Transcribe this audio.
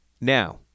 now